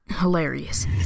Hilarious